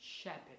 shepherd